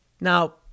Now